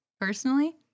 Personally